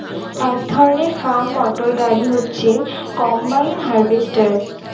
এক ধরনের farm motor গাড়ি হচ্ছে কম্বাইন হার্ভেস্টর